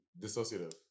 dissociative